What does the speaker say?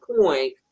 point